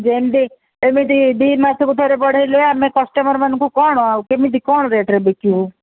ଯେମିତି ଏମିତି ଦୁଇ ମାସକୁ ଥରେ ବଢ଼େଇଲେ ଆମେ କଷ୍ଟମର୍ମାନଙ୍କୁ କ'ଣ ଆଉ କେମିତି କ'ଣ ରେଟ୍ରେ ବିକିବୁ